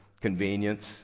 convenience